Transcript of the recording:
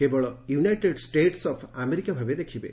କେବଳ United States of America ଭାବେ ଦେଖିବେ